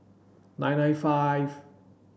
nine nine five